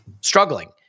struggling